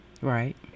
Right